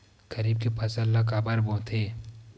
खरीफ के फसल ला काबर बोथे?